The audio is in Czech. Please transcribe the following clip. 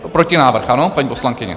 Protinávrh, ano, paní poslankyně?